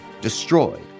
destroyed